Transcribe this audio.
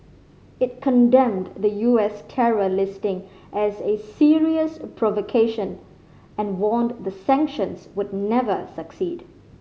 it condemned the U S terror listing as a serious provocation and warned the sanctions would never succeed